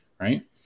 Right